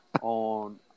on